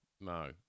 no